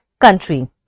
country